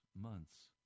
months